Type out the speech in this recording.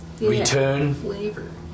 Return